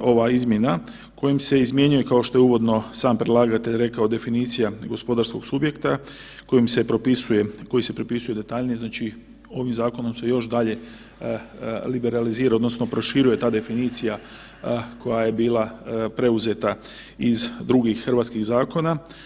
ova izmjena kojim se izmjenjuje, kao što je uvodno sam predlagatelj rekao, definicija gospodarskog subjekta kojim se propisuje, koji se propisuje detaljnije, znači ovim zakonom su još dalje liberalizirao odnosno proširuje ta definicija koja je bila preuzeta iz drugih hrvatskih zakona.